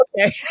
okay